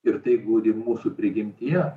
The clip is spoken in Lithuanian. ir tai glūdi mūsų prigimtyje